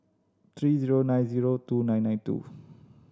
three zero nine zero two nine nine two